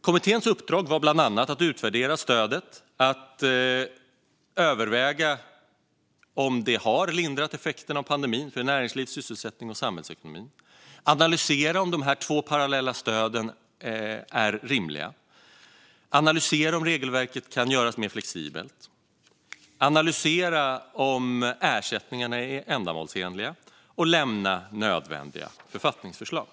Kommitténs uppdrag var bland annat att utvärdera stödet, att överväga om det har lindrat effekterna av pandemin på näringsliv, sysselsättning och samhällsekonomi, att analysera om dessa två parallella stöd är rimliga, att analysera om regelverket kan göras mer flexibelt, att analysera om ersättningarna är ändamålsenliga och att lämna nödvändiga författningsförslag.